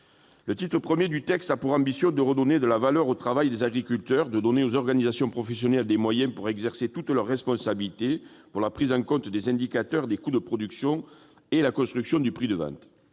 Le titre I du texte a pour ambition de redonner de la valeur au travail des agriculteurs, de donner aux organisations professionnelles les moyens d'exercer toutes leurs responsabilités pour la prise en compte des indicateurs des coûts de production et la construction du prix de vente.